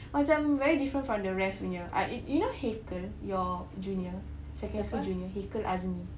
macam very different from the rest punya ah yo~ you know haikel your junior secondary school junior haikel azni